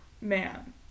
man